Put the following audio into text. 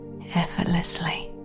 effortlessly